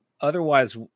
otherwise